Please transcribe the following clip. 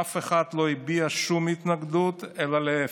אף אחד לא הביע שום התנגדות, אלא להפך,